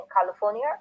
California